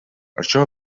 això